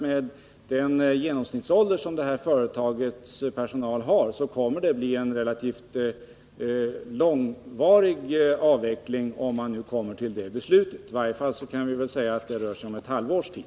Med den genomsnittsålder som företagets personal har vet vi att det kommer att bli en relativt långvarig avveckling, om man nu kommer till det beslutet. I varje fall kan man väl säga att det rör sig om ett halvårs tid.